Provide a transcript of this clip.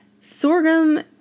Sorghum